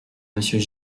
monsieur